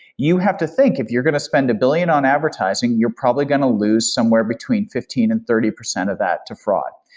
you have to think if you're going to spend a billion on advertising, you're probably going to lose somewhere between fifteen percent and thirty percent of that to fraud,